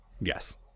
Yes